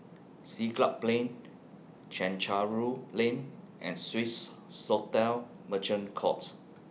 Siglap Plain Chencharu Lane and Swissotel Merchant Court